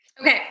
Okay